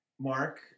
Mark